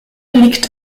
liegt